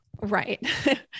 Right